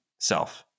self